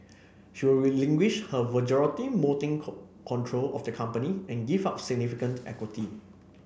she will relinquish her majority voting con control of the company and give up significant equity